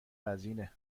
وزینه